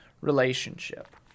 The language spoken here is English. relationship